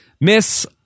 Miss